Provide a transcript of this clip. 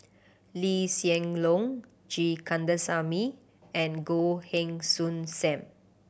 Lee Hsien Loong G Kandasamy and Goh Heng Soon Sam